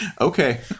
Okay